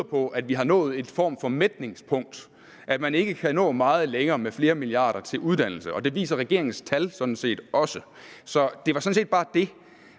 på, at vi har nået en form for mætningspunkt, altså at man ikke kan nå meget længere med flere milliarder til uddannelse. Det viser regeringens tal sådan set også. Så det var sådan set bare det.